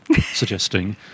suggesting